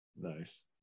Nice